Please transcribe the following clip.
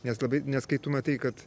nes labai nes kai tu matai kad